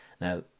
now